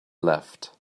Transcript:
left